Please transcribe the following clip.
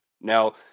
Now